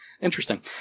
Interesting